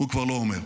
הוא כבר לא אומר.